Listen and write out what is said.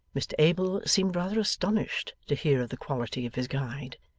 mr abel seemed rather astonished to hear of the quality of his guide,